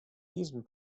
diesem